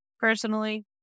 personally